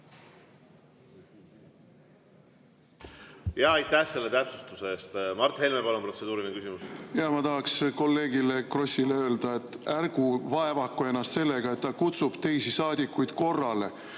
Aitäh selle täpsustuse eest! Mart Helme, palun! Protseduuriline küsimus. Jaa. Ma tahaksin kolleeg Krossile öelda, et ärgu vaevaku ennast sellega, et ta kutsub teisi saadikuid korrale.